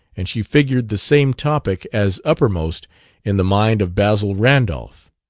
and she figured the same topic as uppermost in the mind of basil randolph.